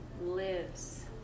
lives